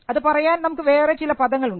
അത് പറയാൻ നമുക്ക് വേറെ ചില പദങ്ങൾ ഉണ്ട്